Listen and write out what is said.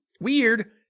weird